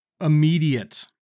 immediate